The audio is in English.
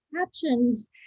captions